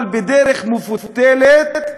אבל בדרך מפותלת,